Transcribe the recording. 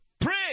Pray